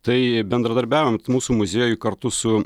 tai bendradarbiaujant mūsų muziejui kartu su